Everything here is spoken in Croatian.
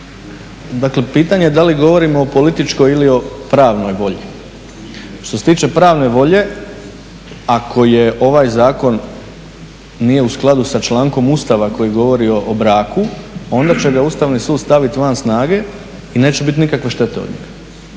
dakle pitanje da li govorimo o političkoj ili o pravnoj volji. Što se tiče pravne volje, a ko je ovaj zakon, nije u skladu sa člankom Ustava koji govori o braku, onda će ga Ustavni sud staviti van snage i neće biti nikakve štete od njega.